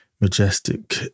majestic